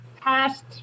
past